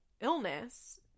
illness